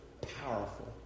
powerful